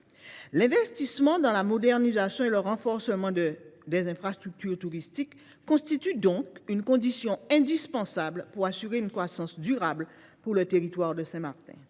L’investissement dans la modernisation et le renforcement des infrastructures touristiques constitue donc une condition indispensable pour assurer une croissance durable au territoire de Saint Martin.